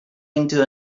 into